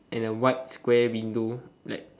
and a white square window like